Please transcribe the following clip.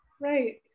Right